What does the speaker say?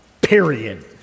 period